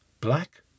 black